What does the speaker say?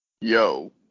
Yo